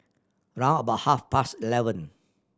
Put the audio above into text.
round about half past eleven